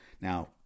Now